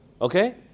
okay